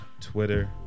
Twitter